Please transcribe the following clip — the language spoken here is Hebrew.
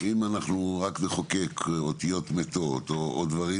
כי אם אנחנו רק נחוקק אותיות מתות או דברים